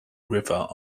river